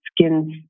skin's